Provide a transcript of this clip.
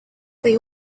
they